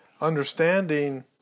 understanding